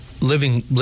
living